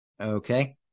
Okay